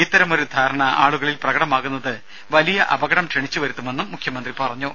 ഇത്തരമൊരു ധാരണ ആളുകളിൽ പ്രകടമാകുന്നത് വലിയ അപകടം ക്ഷണിച്ചുവരുത്തുമെന്നും മുഖ്യമന്ത്രി പറഞ്ഞു